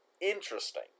interesting